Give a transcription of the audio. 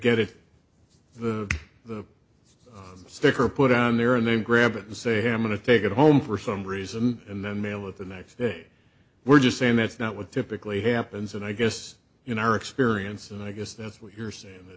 get it the the sticker put in there and then grab it and say i'm going to take it home for some reason and then mail it the next day we're just saying that's not what typically happens and i guess in our experience and i guess that's what you're saying that